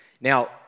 Now